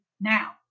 now